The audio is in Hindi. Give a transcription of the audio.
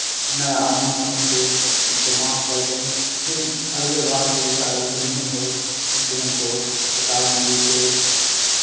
नया आदमी समझ के उसको माफ़ कर दें फिर अगले बार से ऐसा गलती नहीं हो ऐसी हमको चेतावनी देके